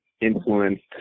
influenced